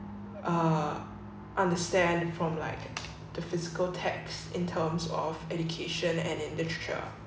uh understand from like the physical text in terms of education and in literature